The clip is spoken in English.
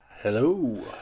hello